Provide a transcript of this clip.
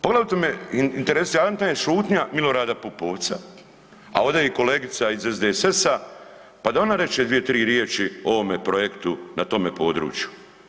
Poglavito me, interesantna je šutnja Milorada Pupovca, a ovdje je i kolegica iz SDSS-a pa da ona reče 2, 3 riječi o ovome projektu na tome području.